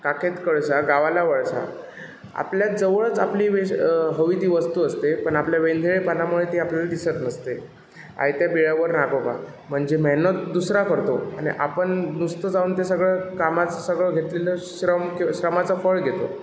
काखेत कळसा गावाला वळसा आपल्या जवळच आपली वेस् हवी ती वस्तू असते पण आपल्या वेंधळेपणामुळे ती आपल्याला दिसत नसते आयत्या बिळावर नागोबा म्हणजे मेहनत दुसरा करतो आणि आपण नुसतं जाऊन ते सगळं कामाचं सगळं घेतलेलं श्रम की श्रमाचं फळ घेतो